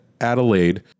Adelaide